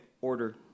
Order